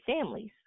families